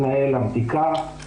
תלונות על בדיקות וטיפולים גניקולוגיים.